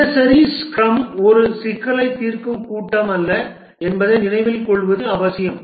தினசரி ஸ்க்ரம் ஒரு சிக்கலைத் தீர்க்கும் கூட்டம் அல்ல என்பதை நினைவில் கொள்வது அவசியம்